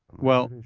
well,